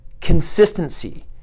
consistency